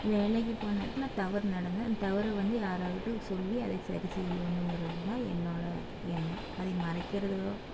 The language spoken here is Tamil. வேலைக்குப் போன இடத்துல தவறு நடந்து அந்த தவறு வந்து யாராவது சொல்லி அதை சரி செய்யணுங்கறது தான் என்னோடய எண்ணம் அதை மறைக்கிறதோ